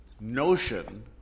notion